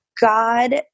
God